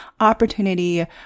opportunity